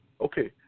Okay